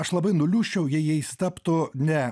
aš labai nuliūsčiau jei jais taptų ne